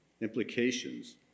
implications